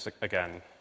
again